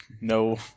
No